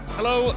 Hello